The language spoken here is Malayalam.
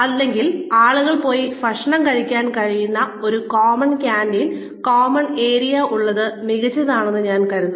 അല്ലെങ്കിൽ ആളുകൾക്ക് പോയി ഭക്ഷണം കഴിക്കാൻ കഴിയുന്ന ഒരു കോമൺ ക്യാന്റീൻ കോമൺ ഏരിയ ഉള്ളത് മികച്ചതാണെന്ന് ഞാൻ കരുതുന്നു